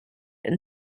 and